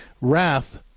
Wrath